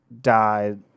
died